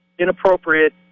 inappropriate